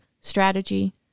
strategy